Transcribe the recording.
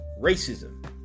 racism